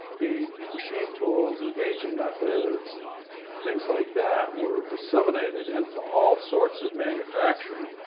the machine tools and gauging methods and things like that, were disseminated into all sorts of manufacturing,